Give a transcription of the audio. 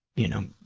you know,